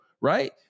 right